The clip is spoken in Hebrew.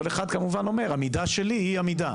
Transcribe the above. כל אחד כמובן אומר המידה שלי היא המידה,